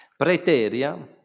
preteria